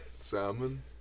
salmon